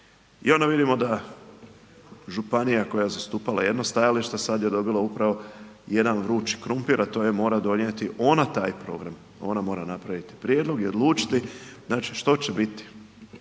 I onda vidimo da županija koja je zastupala jedno stajalište, sad je dobila upravo jedan vrući krumpir, a to je, mora donijeti ona taj program, ona mora napraviti prijedlog i odlučiti znači što će biti.